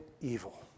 evil